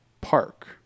Park